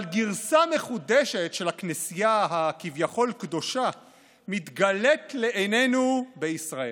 אבל גרסה מחודשת של הכנסייה הכביכול-קדושה מתגלית לעינינו בישראל.